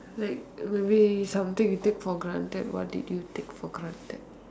like maybe something you take for granted what did you take for granted